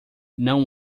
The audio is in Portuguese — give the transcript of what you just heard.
não